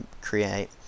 create